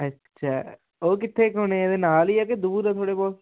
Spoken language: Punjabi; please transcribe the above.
ਅੱਛਾ ਉਹ ਕਿੱਥੇ ਕ ਹੋਣੇ ਇਹਦੇ ਨਾਲ ਹੀ ਆ ਕਿ ਦੂਰ ਦੇ ਥੋੜੇ ਬਹੁਤ